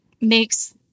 makes